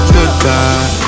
Goodbye